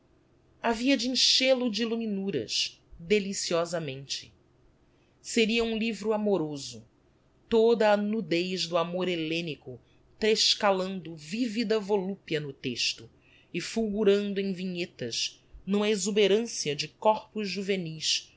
havia de enchel o de illuminuras deliciosamente seria um livro amoroso toda a nudez do amor hellenico trescalando vivida volupia no texto e fulgurando em vinhetas n'uma exuberancia de corpos juvenis